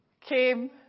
came